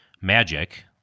magic